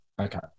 Okay